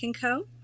Co